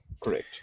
Correct